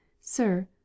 Sir